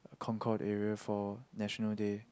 concrete area for National Day